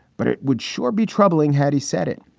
but it would sure be troubling had he said it.